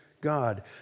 God